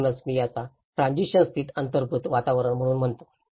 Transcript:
म्हणूनच मी याला ट्रॅजिशन स्थित अंगभूत वातावरण म्हणून म्हणतो